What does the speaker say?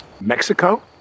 Mexico